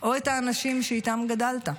או את האנשים שאיתם גדלת.